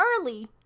early